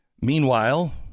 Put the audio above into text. Meanwhile